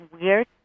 weird